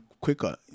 quicker